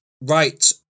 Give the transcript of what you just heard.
Right